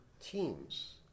teams